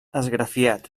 esgrafiat